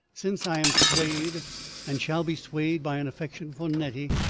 since i am swayed and shall be swayed by an affection for nettie,